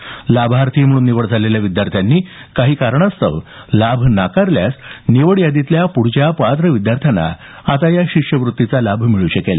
आता लाभार्थी म्हणून निवड झालेल्या विद्यार्थ्यांनी काही कारणास्तव लाभ नाकारल्यास निवड यादीतील पूढच्या पात्र विद्यार्थ्यांला परदेश शिष्यवृत्तीचा लाभ मिळू शकेल